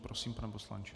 Prosím, pane poslanče.